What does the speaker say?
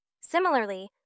Similarly